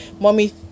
mommy